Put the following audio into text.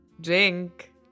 Drink